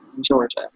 Georgia